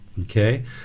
Okay